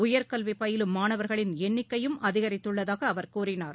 உயர்கல்விபயிலும் மாணவர்களின் எண்ணிக்கையும் அதிகரித்துள்ளதாகஅவர் கூறினார்